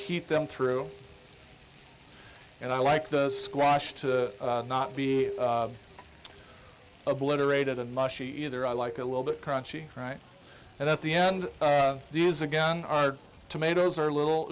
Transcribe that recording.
heat them through and i like the squash to not be obliterated and mushy either i like a little bit crunchy right and at the end these again are tomatoes or little